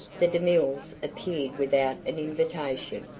the demilles appeared without an invitation,